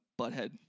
butthead